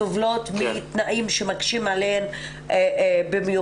סובלות מתנאים שמקשים עליהן במיוחד.